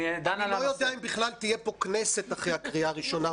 אני לא יודע אם בכלל תהיה פה כנסת אחרי הקריאה הראשונה,